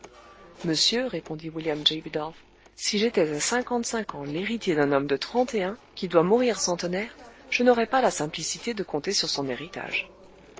monsieur répondit william j bidulph si j'étais à cinquantecinq ans l'héritier d'un homme de trente et un qui doit mourir centenaire je n'aurais pas la simplicité de compter sur son héritage